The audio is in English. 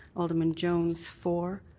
alderman jones for,